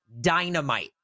Dynamite